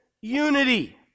unity